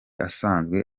asanzwe